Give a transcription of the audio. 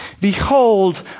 Behold